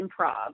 improv